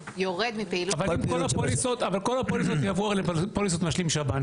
אבל כל הפוליסות יבואו לפוליסות משלים שב"ן,